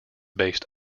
based